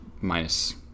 minus